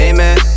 Amen